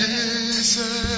Jesus